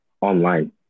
online